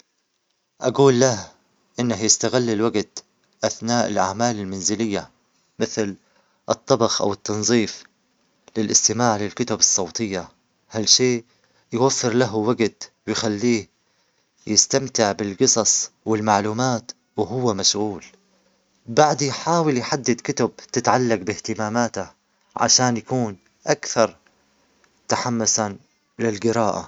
إذا تقدمت أسبوعًا في المستقبل، أول شيء أعمله هو ملاحظة الأحداث والقرارات اللي صارت وكيف أثرت على حياتي وحياة الناس حولي. أستغل هالمعرفة لأرجع لوقتي الحالي وأستعد بشكل أفضل للأحداث القادمة. إذا شفت أي تحديات أو فرص، أكون جاهز لأتعامل معها بطريقة أفضل وأتجنب أي أخطاء محتملة. أسعى أكون أكثر تنظيمًا وأضع خطة محكمة للاستفادة من الفرص وتحقيق النجاح في الأسبوع القادم.